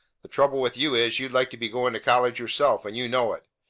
the trouble with you is, you'd like to be going to college yourself, and you know it!